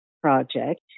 project